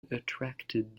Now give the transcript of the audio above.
attracted